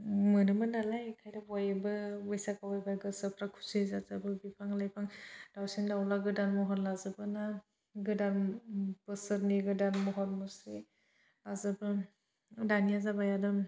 मोनोमोन नालाय बयबो बैसागु फैबा गोसोफ्रा खुसि जाजोबो बिफां लाइफां दाउसिन दाउला गोदान महर लाजोबो ना गोदान बोसोरनि गोदान महर मुस्रि लाजोबगोन दानिया जाबाय आरो